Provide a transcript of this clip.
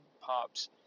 pops